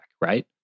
right